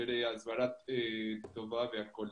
יותר הסברה טובה והכול.